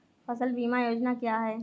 फसल बीमा योजना क्या है?